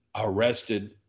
arrested